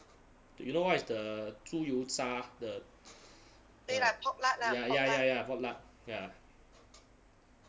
do you know what is the 猪油渣 ya ya ya ya pork lard ya